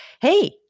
Hey